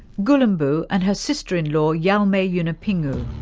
gulumbu and her sister in law yalmay yunupingu.